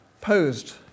posed